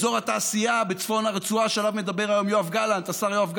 אזור התעשייה בצפון הרצועה שעליו מדבר היום השר יואב גלנט,